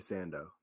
Sando